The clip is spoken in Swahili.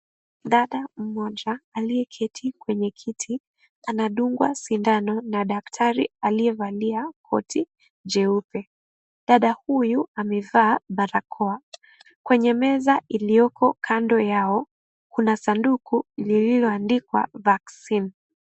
Dada mmoja aliye keti kwenye kiti anadungwa sindano na daktari aliye valia koti jeupe. Dada huyu amevaa barakoa. Kwenye meza ilioko kando yao Kuna sanduku lililoandikwa vaccine cs].